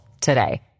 today